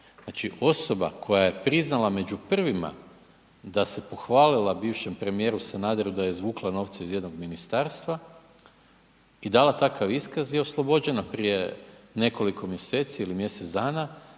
Znači osoba koja je priznala među prvima da se pohvalila bivšem premijeru Sanaderu da je izvukla novce iz jednog ministarstva i dala takav iskaz je oslobođena prije nekoliko mjeseci ili mjesec dana